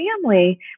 family